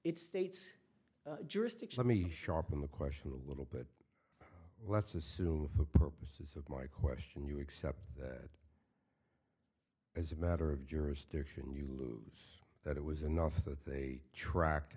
it states jurisdiction i mean sharp in the question a little bit let's assume for purposes of my question you accept that as a matter of jurisdiction you lose that it was enough that they track